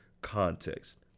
context